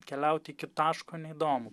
keliaut iki taško neįdomu